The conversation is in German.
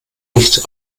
nicht